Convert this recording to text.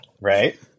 Right